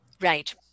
right